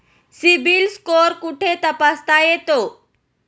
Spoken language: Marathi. सिबिल स्कोअर कुठे तपासता येतो?